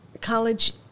college